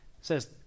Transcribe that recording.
says